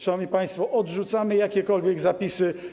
Szanowni państwo, odrzucamy jakiekolwiek zapisy.